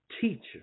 teacher